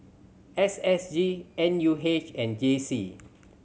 S S G N U H and J C